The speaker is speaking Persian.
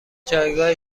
جایگاه